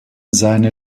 seine